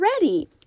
ready